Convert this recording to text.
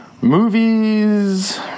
movies